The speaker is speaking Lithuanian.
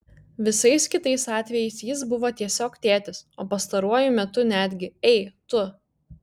visais kitais atvejais jis buvo tiesiog tėtis o pastaruoju metu netgi ei tu